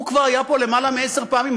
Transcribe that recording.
הוא כבר היה פה למעלה מעשר פעמים.